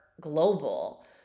global